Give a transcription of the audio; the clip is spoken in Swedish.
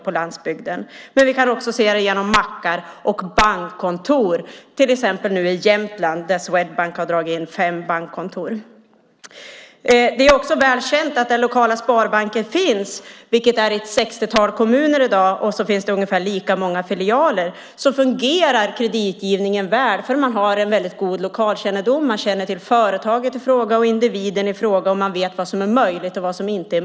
Vi kan även se det genom mackar och bankkontor, till exempel i Jämtland där Swedbank nu har dragit in fem bankkontor. Det är också väl känt att kreditgivningen där det finns lokala sparbanker, vilket i dag är ett 60-tal kommuner och ungefär lika många filialer, fungerar väl eftersom man har god lokalkännedom och känner till företaget och individen i fråga. Man vet vad som är möjligt och inte.